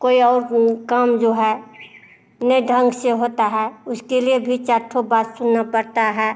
कोई और काम जो है नए ढंग से होता है उसके लिए भी चार ठो बात सुनना पड़ता है